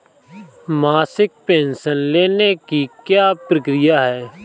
मासिक पेंशन लेने की क्या प्रक्रिया है?